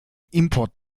import